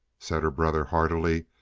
said her brother heartily.